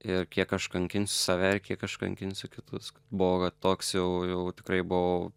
ir kiek aš kankinsiu save kiek aš kankinsiu kitus bloga toks jau jau tikrai buvau